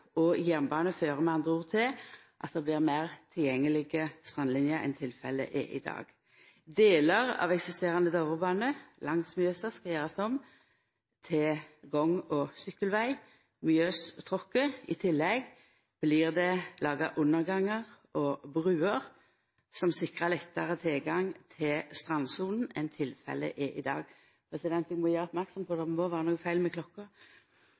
og jernbane fører med andre ord til at det blir meir tilgjengeleg strandlinje enn tilfellet er i dag. Delar av eksisterande Dovrebane langs Mjøsa skal gjerast om til gang- og sykkelveg, Mjøstråkk. I tillegg blir det laga undergangar og bruer som sikrar lettare tilgang til strandsona enn tilfellet er i dag. President, eg må gjera merksam på at det må vera noko feil med klokka.